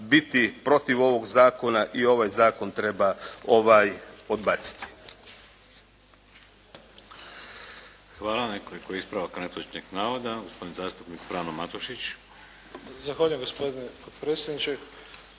biti protiv ovog zakona i ovaj zakon treba odbaciti.